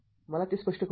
मला ते स्पष्ट करू द्या